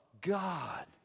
God